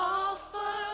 offer